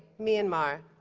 myanmar